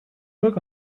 look